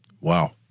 wow